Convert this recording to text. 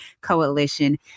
coalition